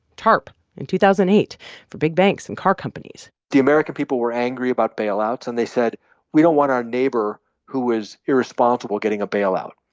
tarp, in two thousand and eight for big banks and car companies the american people were angry about bailouts. and they said we don't want our neighbor who is irresponsible getting a bailout.